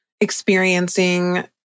experiencing